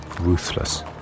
Ruthless